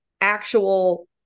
actual